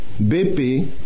BP